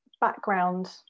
Background